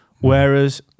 Whereas